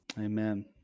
Amen